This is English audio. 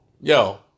Yo